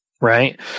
right